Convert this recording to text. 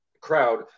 crowd